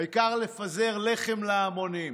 העיקר לפזר לחם להמונים.